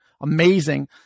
Amazing